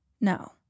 No